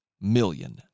million